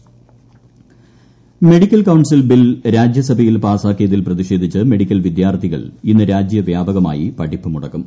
medical council bill medical council bill രാജ്യസഭയിൽ പാസ്റ്റാക്കിയതിൽ പ്രതിഷേധിച്ച് മെഡിക്കൽ വിദ്യാർത്ഥികൾ ഇന്ന് രാജ്യവ്യാപകമായി പഠിപ്പുമുടക്കും